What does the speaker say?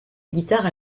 guitare